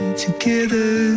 together